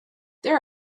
there